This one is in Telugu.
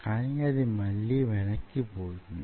కాని అది మళ్ళీ వెనక్కిపోతుంది